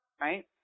right